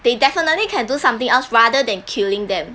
they definitely can do something else rather than killing them